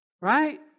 right